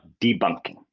debunking